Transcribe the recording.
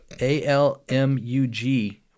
A-L-M-U-G